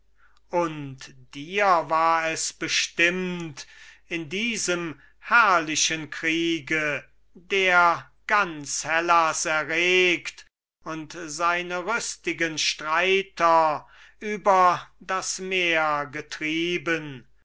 und dir war es bestimmt in diesem herrlichen kriege der ganz hellas erregt und seine rüstigen streiter über das meer getrieben